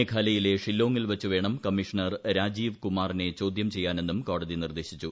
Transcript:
മേഘാലയിലെ ഷില്ലോംഗിൽ വച്ച് വേണം കമ്മീഷണർ രാജീവ് കുമാറിനെ ചോദ്യം ചെയ്യാനെന്നും കോടതി നിർദ്ദേശിച്ചു